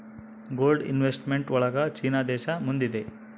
gold investment ಒಳಗ China ದೇಶ ಮುಂದಿದೆ